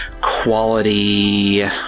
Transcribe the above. quality